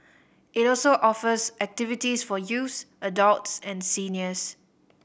it also offers activities for youths adults and seniors